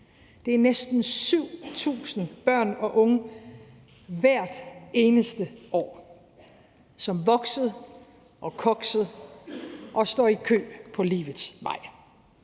Det er næsten 7.000 børn og unge hvert eneste år, som voksede og koksede og står i kø på livets vej.